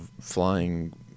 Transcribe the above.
flying